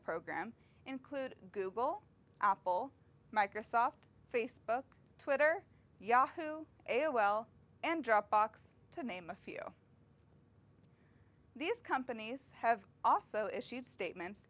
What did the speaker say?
program include google apple microsoft facebook twitter yahoo a o l and dropbox to name a few these companies have also issued statements